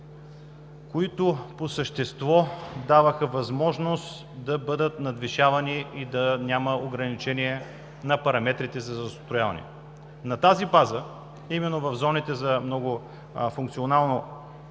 които по същество даваха възможност да бъдат надвишавани и да няма ограничения на параметрите за застрояване. Именно на тази база в зоните за смесено многофункционално